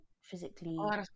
Physically